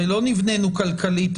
הרי לא נבנינו כלכלית,